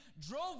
drove